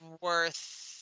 worth